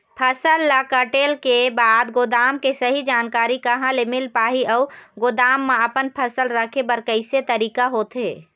फसल ला कटेल के बाद गोदाम के सही जानकारी कहा ले मील पाही अउ गोदाम मा अपन फसल रखे बर कैसे तरीका होथे?